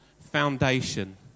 foundation